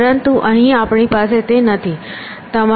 પરંતુ અહીં આપણી પાસે તે નથી